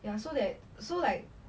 ya so that so like